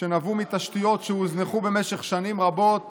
שנבעו מתשתיות שהוזנחו משך שנים רבות